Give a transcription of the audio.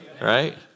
right